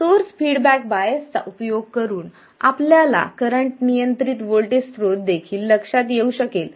source feedback bias चा उपयोग करून आपल्याला करंट नियंत्रित व्होल्टेज स्त्रोत देखील लक्षात येऊ शकेल